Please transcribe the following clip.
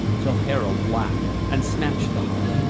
till harold laughed and snatched the harp,